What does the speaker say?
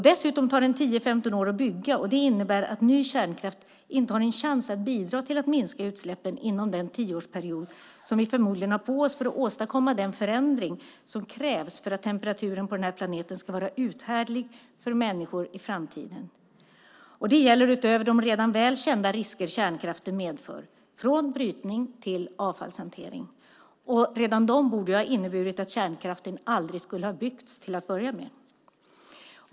Dessutom tar den 10-15 år att bygga, och det innebär att ny kärnkraft inte har en chans att bidra till att minska utsläppen inom den tioårsperiod som vi förmodligen har på oss för att åstadkomma den förändring som krävs för att temperaturen på den här planeten ska vara uthärdlig för människor i framtiden. Det gäller utöver de redan väl kända risker kärnkraften medför från brytning till avfallshantering. Redan det borde ha inneburit att kärnkraften aldrig skulle ha byggts till att börja med.